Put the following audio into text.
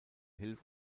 hilf